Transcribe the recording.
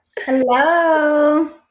Hello